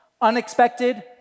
unexpected